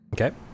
Okay